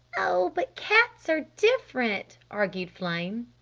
oh, but cats are different, argued flame.